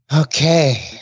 Okay